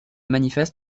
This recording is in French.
manifeste